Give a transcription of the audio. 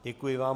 Děkuji vám.